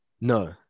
No